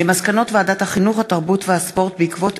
הצעת חוק השירות הלאומי (שילוב צעירים עם מוגבלות,